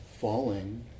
falling